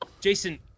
Jason